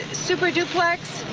super duplex,